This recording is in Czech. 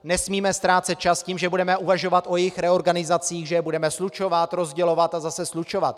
Nesmíme ztrácet čas tím, že budeme uvažovat o jejich reorganizacích, že je budeme slučovat, rozdělovat a zase slučovat.